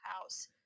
house